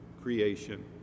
creation